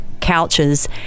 couches